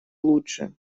лучше